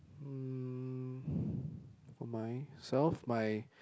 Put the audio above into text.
um for myself my